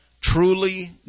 truly